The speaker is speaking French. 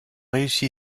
réussi